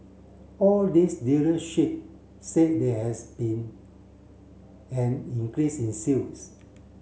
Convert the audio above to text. all these dealership said they has been an increase in sales